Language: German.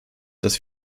dass